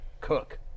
Cook